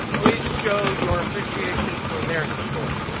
please show your appreciation for their support.